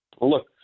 Look